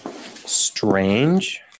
strange